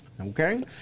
okay